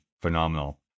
phenomenal